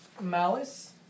malice